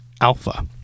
Alpha